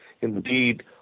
indeed